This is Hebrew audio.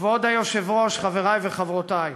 כבוד היושב-ראש, חברי וחברותי,